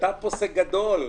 יש פה נקודה שכבר עלתה בהקשר של 7(ב)(2),